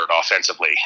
offensively